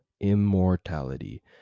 immortality